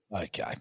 Okay